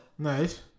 Nice